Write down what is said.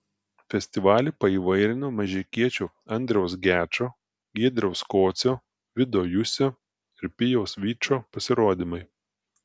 festivalį paįvairino mažeikiečių andriaus gečo giedriaus kocio vido jusio ir pijaus vyčo pasirodymai